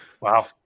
Wow